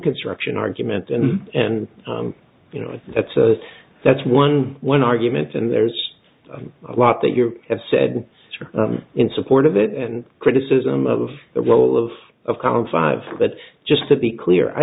construction argument and and you know that's a that's one one argument and there's a lot that you have said in support of it and criticism of the role of a common five but just to be clear i